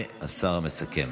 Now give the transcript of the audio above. והשר מסכם.